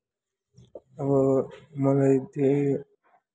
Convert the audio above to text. अब मलाई चाहिँ